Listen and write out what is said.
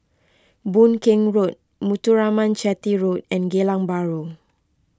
Boon Keng Road Muthuraman Chetty Road and Geylang Bahru